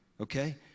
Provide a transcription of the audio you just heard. Okay